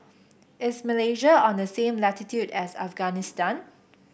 is Malaysia on the same latitude as Afghanistan